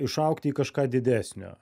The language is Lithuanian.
išaugti į kažką didesnio